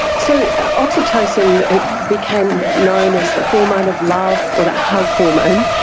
so oxytocin, it became known as the hormone of love or the hug hormone.